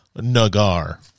Nagar